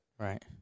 Right